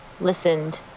listened